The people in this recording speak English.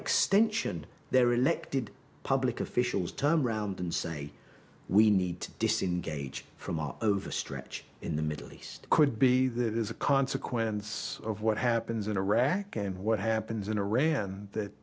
extension their elected public officials turn round and say we need to disengage from all over the stretch in the middle east could be that is a consequence of what happens in iraq and what happens in iran that